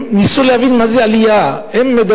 הם ניסו להבין מה זו עלייה.